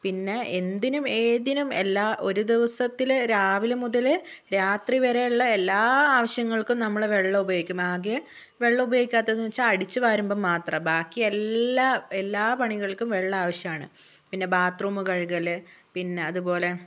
പിന്നെ എന്തിനും ഏതിനും എല്ലാ ഒരു ദിവസത്തിലെ രാവിലെ മുതൽ രാത്രി വരെയുള്ള എല്ലാ ആവശ്യങ്ങൾക്കും നമ്മൾ വെള്ളം ഉപയോഗിക്കും ആകെ വെള്ളം ഉപയോഗിക്കാത്തതെന്നു വച്ചാൽ അടിച്ച് വാരുമ്പം മാത്രമാണ് ബാക്കിയെല്ലാ എല്ലാ പണികൾക്കും വെള്ളം ആവശ്യമാണ് പിന്നെ ബാത്ത് റൂം കഴുകല് പിന്നെ അതുപോലെ